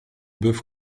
boeuf